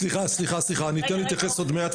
סליחה, אני אתן להתייחס עוד מעט.